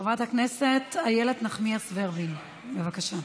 חברת הכנסת איילת נחמיאס ורבין, בבקשה.